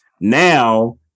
now